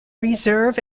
reserve